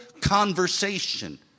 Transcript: conversation